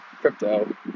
crypto